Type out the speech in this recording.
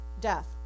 death